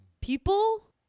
People